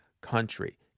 country